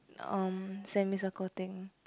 um semicircle thing